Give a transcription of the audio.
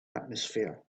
atmosphere